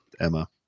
Emma